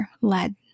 led